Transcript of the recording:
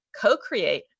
co-create